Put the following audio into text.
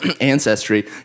ancestry